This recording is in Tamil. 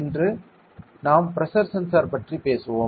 இன்று நாம் பிரஷர் சென்சார் பற்றி பேசுவோம்